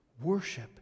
worship